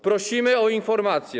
Prosimy o informację.